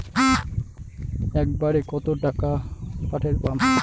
একবারে কত টাকা মুই পাঠের পাম?